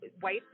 white